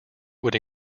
would